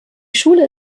schule